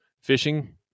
Fishing